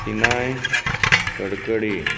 Sinai Kadkade